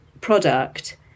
product